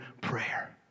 prayer